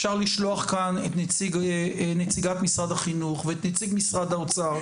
אפשר לשלוח לכאן את נציגת משרד החינוך ואת נציג משרד האוצר,